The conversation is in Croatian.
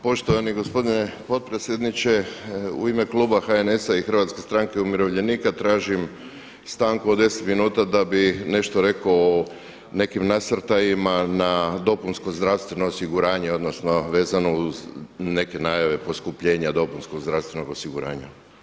Poštovani gospodine potpredsjedniče u ime Kluba HNS-a i Hrvatske stranke umirovljenika tražim stanku od 10 minuta da bih nešto rekao o nekim nasrtajima na dopunsko zdravstveno osiguranje odnosno vezano uz neke najave poskupljenja dopunskog zdravstvenog osiguranja.